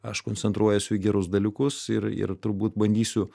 aš koncentruojuos į gerus dalykus ir ir turbūt bandysiu